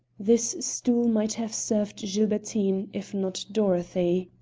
this stool might have served gilbertine if not dorothy.